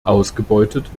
ausgebeutet